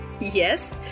yes